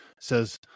says